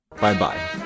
bye-bye